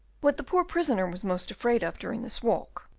what the poor prisoner was most afraid of during this walk,